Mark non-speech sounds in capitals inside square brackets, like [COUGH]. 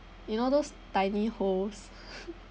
you know those tiny holes [LAUGHS]